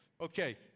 Okay